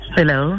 Hello